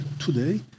today